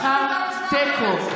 בחר תיקו.